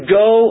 go